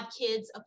kids